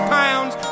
pounds